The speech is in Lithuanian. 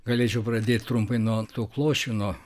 galėčiau pradėt trumpai nuo tų klosčių nuo